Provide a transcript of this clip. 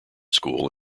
school